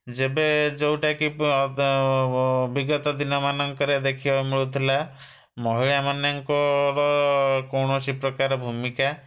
ଯେବେ ଯେଉଁଟାକି ବିଗତ ଦିନମାନଙ୍କରେ ଦେଖିବାକୁ ମିଳୁଥିଲା ମହିଳାମାନଙ୍କର କୌଣସି ପ୍ରକାର ଭୂମିକା